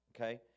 okay